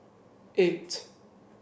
eight